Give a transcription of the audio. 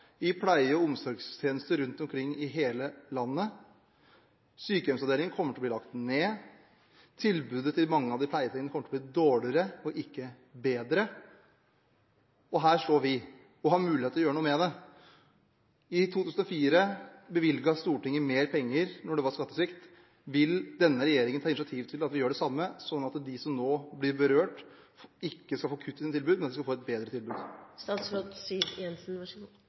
i pleie- og omsorgstjenesten rundt omkring i hele landet. Sykehjemsavdelinger kommer til å bli lagt ned, tilbudet til mange av de pleietrengende kommer til å bli dårligere – ikke bedre – og her står vi og har mulighet til å gjøre noe med det. I 2004 bevilget Stortinget mer penger da det var skattesvikt. Vil denne regjeringen ta initiativ til at vi gjør det samme, sånn at de som nå blir berørt, ikke skal få kutt i sine tilbud, men skal få et bedre tilbud?